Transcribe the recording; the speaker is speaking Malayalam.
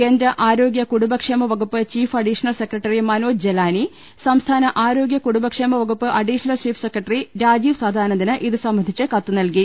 കേന്ദ്ര ആരോഗ്യ കുടുംബക്ഷേമ വകുപ്പ് chief additional secretary Manoj Jalani സംസ്ഥാന ആരോഗ്യ കുടുംബക്ഷേമ വകുപ്പ് അഡീഷണൽ ചീഫ്സെക്രട്ടറി രാജീവ് സദാനന്ദന് ഇതുസംബന്ധിച്ച് കത്തുനൽകി